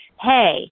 hey